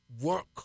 work